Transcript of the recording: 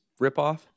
ripoff